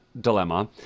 dilemma